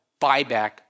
buyback